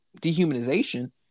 dehumanization